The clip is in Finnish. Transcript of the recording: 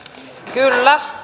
kyllä